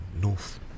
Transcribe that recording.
north